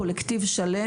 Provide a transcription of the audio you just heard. קולקטיב שלם,